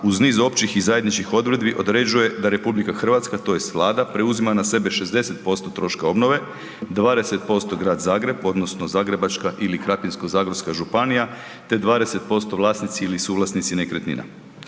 uz niz općih i zajedničkih odredbi određuje da RH, tj. Vlada preuzima na sebe 60% troška obnove, 20% grad Zagreb, odnosno Zagrebačka ili Krapinko-zagorska županija te 20% vlasnici ili suvlasnici nekretnina.